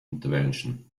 intervention